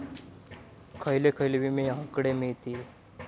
खयले खयले विमे हकडे मिळतीत?